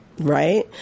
Right